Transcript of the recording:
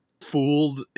fooled